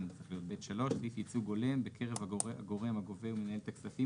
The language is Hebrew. מי בעד ההסתייגויות?